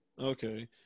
okay